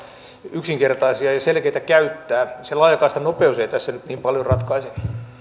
yksinkertaisia ja selkeitä käyttää sen laajakaistan nopeus ei tässä nyt niin paljon ratkaise